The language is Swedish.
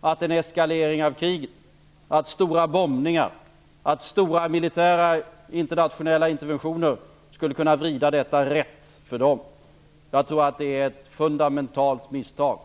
att en eskalering av kriget, stora bombningar och stora militära internationella interventioner skulle kunna vrida utvecklingen rätt. Jag tror att det är ett fundamentalt misstag.